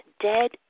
dead